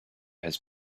has